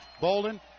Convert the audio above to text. Bolden